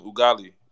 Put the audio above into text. Ugali